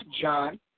John